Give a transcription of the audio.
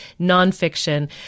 nonfiction